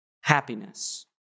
happiness